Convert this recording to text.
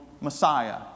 Messiah